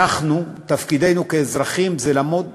אנחנו, תפקידנו כאזרחים זה לעמוד